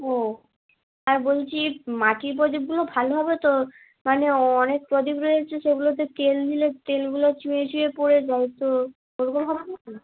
ও আর বলছি মাটির প্রদীপগুলো ভাল হবে তো মানে অনেক প্রদীপ রয়েছে সেগুলোতে তেল দিলে তেলগুলো চুঁইয়ে চুঁইয়ে পড়ে যায় তো ওরকম হবে না তো